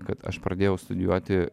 kad aš pradėjau studijuoti